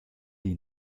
die